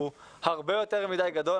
הנושא הרבה יותר מדי גדול,